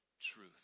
truth